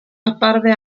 apparve